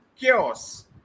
chaos